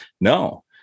No